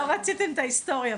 לא רציתם את ההיסטוריה,